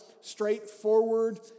straightforward